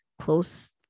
close